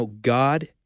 God